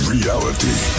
Reality